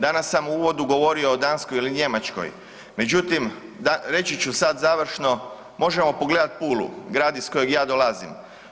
Danas sam u uvodu govorio o Danskoj ili Njemačkoj, međutim, reći ću sad završno, možemo pogledati Pulu, grad iz kojeg ja dolazim.